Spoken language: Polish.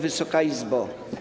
Wysoka Izbo!